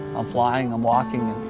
i'm flying, i'm walking.